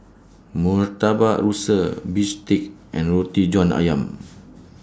Murtabak Rusa Bistake and Roti John Ayam